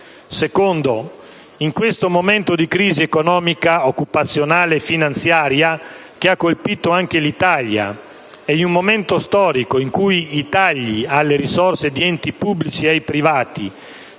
luogo, in questo momento di crisi economica, occupazionale, finanziaria che ha colpito anche l'Italia e in un momento storico in cui i tagli alle risorse di enti pubblici e ai privati